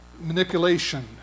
manipulation